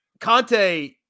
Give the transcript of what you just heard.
Conte